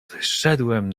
wyszedłem